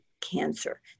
cancer